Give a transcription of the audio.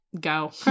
Go